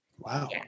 Wow